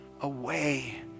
away